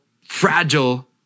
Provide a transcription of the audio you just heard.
fragile